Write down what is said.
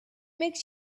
makes